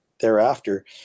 thereafter